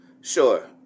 Sure